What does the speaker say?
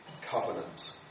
covenant